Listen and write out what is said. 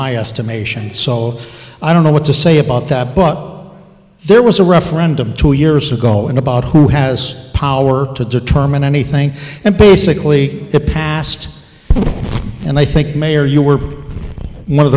my estimation so i don't know what to say about that but there was a referendum two years ago and about who has the power to determine anything and basically the past and i think mayor you were one of